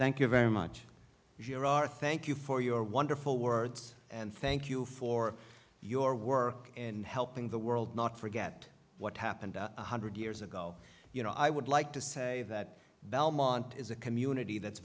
thank you very much thank you for your wonderful words and thank you for your work and helping the world not forget what happened hundred years ago you know i would like to say that belmont is a community that's